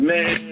Man